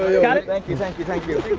got it. thank you, thank you, thank you.